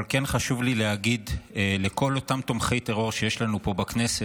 אבל כן חשוב לי להגיד לכל אותם תומכי טרור שיש לנו פה בכנסת,